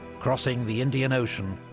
crossing the indian ocean,